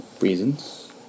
reasons